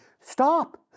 Stop